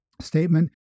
statement